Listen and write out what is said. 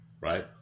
Right